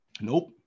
Nope